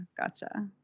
Gotcha